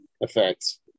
effects